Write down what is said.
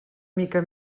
mica